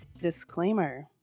disclaimer